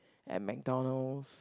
at McDonalds